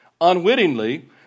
Unwittingly